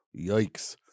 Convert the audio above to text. yikes